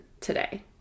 today